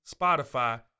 Spotify